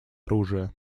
оружия